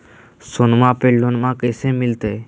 सोनमा पे लोनमा कैसे मिलते?